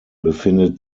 befindet